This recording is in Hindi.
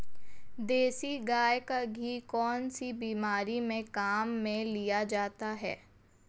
देसी गाय का घी कौनसी बीमारी में काम में लिया जाता है?